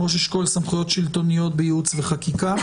ראש אשכול סמכויות שלטוניות בייעוץ וחקיקה,